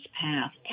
path